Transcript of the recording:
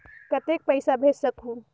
कतेक पइसा भेज सकहुं?